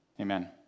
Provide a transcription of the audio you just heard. amen